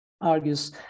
argues